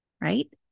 right